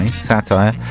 satire